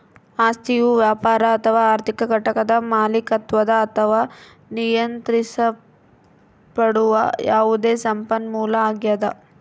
ಆಸ್ತಿಯು ವ್ಯಾಪಾರ ಅಥವಾ ಆರ್ಥಿಕ ಘಟಕದ ಮಾಲೀಕತ್ವದ ಅಥವಾ ನಿಯಂತ್ರಿಸಲ್ಪಡುವ ಯಾವುದೇ ಸಂಪನ್ಮೂಲ ಆಗ್ಯದ